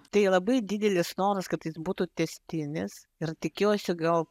tai labai didelis noras kad jis būtų tęstinis ir tikiuosi gal